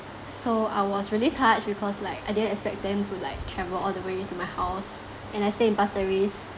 so I was really touched because like I didn't expect them to like travel all the way to my house and I stay in pasir ris